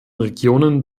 regionen